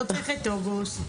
לא צריך את אוגוסט.